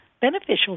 beneficial